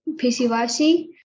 PCYC